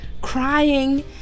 crying